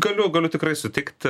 galiu galiu tikrai sutikti